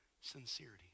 sincerity